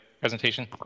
presentation